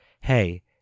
Hey